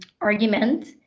argument